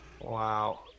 wow